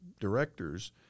directors